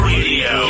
Radio